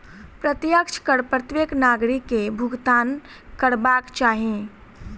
प्रत्यक्ष कर प्रत्येक नागरिक के भुगतान करबाक चाही